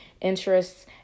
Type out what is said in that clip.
interests